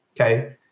okay